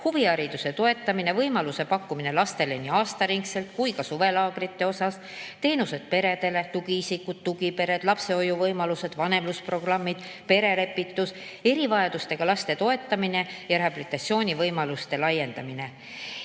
huvihariduse toetamine ja võimaluse pakkumine lastele nii aastaringselt kui ka suvelaagrites; teenused peredele; tugiisikud, tugipered; lapsehoiu võimalused; vanemlusprogrammid; perelepitus; erivajadustega laste toetamine ja rehabilitatsioonivõimaluste laiendamine